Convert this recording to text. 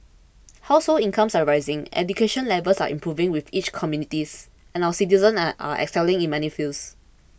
household incomes are rising education levels are improving within each communities and our citizens are excelling in many fields